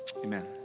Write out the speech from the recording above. amen